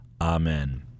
Amen